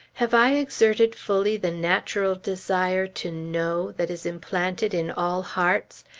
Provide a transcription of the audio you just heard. have i exerted fully the natural desire to know that is implanted in all hearts?